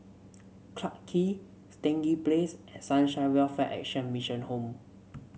Clarke Quay Stangee Place and Sunshine Welfare Action Mission Home